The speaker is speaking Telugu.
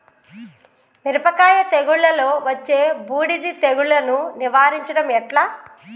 మిరపకాయ తెగుళ్లలో వచ్చే బూడిది తెగుళ్లను నివారించడం ఎట్లా?